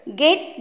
get